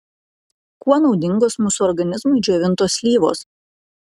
kuo naudingos mūsų organizmui džiovintos slyvos